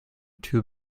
two